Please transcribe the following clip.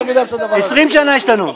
20 שנה --- 20 שנה השתנו.